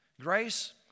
Grace